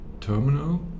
terminal